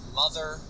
mother